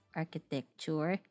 architecture